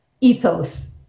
ethos